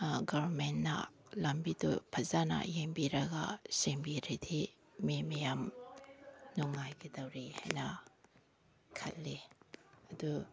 ꯒꯔꯕꯦꯟꯃꯦꯟꯅ ꯂꯝꯕꯤꯗꯨ ꯐꯖꯅ ꯌꯦꯡꯕꯤꯔꯒ ꯁꯦꯝꯕꯤꯔꯗꯤ ꯃꯤ ꯃꯌꯥꯝ ꯅꯨꯡꯉꯥꯏꯒꯗꯧꯔꯤ ꯑꯅ ꯈꯟꯂꯤ